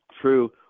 true